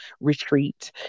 retreat